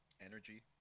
energy